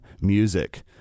music